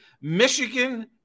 Michigan